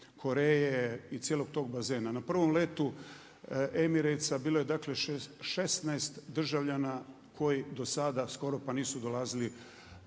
Koreje i cijelog tog bazena. Na prvom letu Emirates bilo je 16 državljana koji do sada skoro pa nisu dolazili